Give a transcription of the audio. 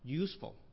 useful